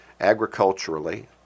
agriculturally